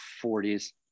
forties